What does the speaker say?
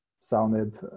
sounded